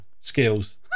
skills